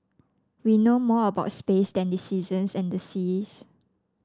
we know more about space than the seasons and the seas